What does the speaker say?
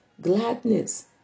gladness